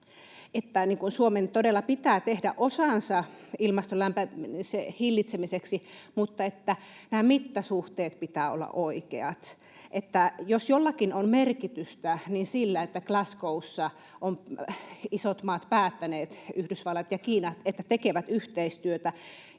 todella pitää tehdä osansa ilmaston lämpenemisen hillitsemiseksi, mutta näiden mittasuhteiden pitää olla oikeat. Jos jollakin on merkitystä, niin sillä, että Glasgow’ssa ovat isot maat päättäneet, Yhdysvallat ja Kiina, että tekevät yhteistyötä,